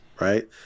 right